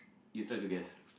you try to guess